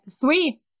three